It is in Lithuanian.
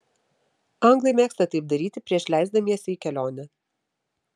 anglai mėgsta taip daryti prieš leisdamiesi į kelionę